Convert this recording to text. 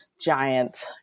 giant